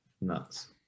nuts